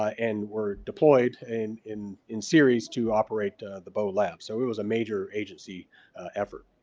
ah and were deployed in in in series to operate the bough lab. so it was a major agency effort.